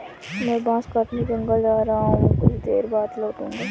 मैं बांस काटने जंगल जा रहा हूं, कुछ देर बाद लौटूंगा